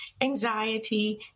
anxiety